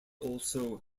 also